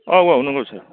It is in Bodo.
औ औ नंगौ सार